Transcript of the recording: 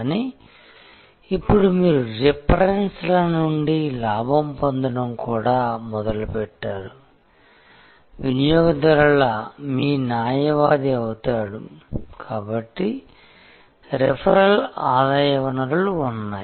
కానీ ఇప్పుడు మీరు రిఫరెన్స్ల నుండి లాభం పొందడం కూడా మొదలుపెట్టారు వినియోగదారుల మీ న్యాయవాది అవుతాడు కాబట్టి రెఫరల్ ఆదాయ వనరులు ఉన్నాయి